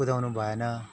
कुदाउनु भएन